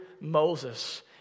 Moses